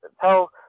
tell